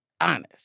honest